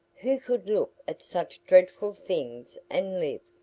who could look at such dreadful things and live?